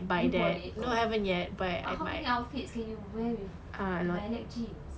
so you bought it but how many outfits can you wear with lilac jeans